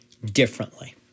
differently